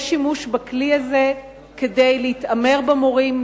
יש שימוש בכלי הזה כדי להתעמר במורים,